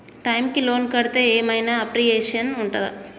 Time కి loan కడ్తే ఏం ఐనా అప్రిషియేషన్ ఉంటదా?